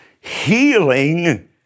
Healing